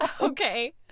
okay